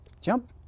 Jump